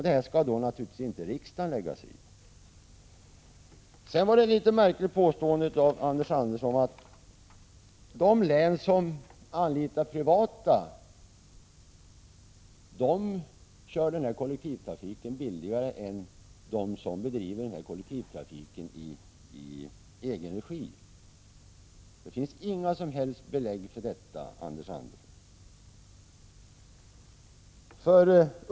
Det skall riksdagen givetvis inte lägga sig i. Anders Andersson gjorde ett litet märkligt påstående om att de län som anlitar privata entreprenörer driver kollektivtrafiken billigare än de län som bedriver den i egen regi. Det finns inga som helst belägg för detta, Anders Andersson.